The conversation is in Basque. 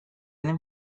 den